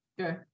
Okay